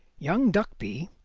young duckby,